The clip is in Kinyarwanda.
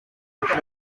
iwacu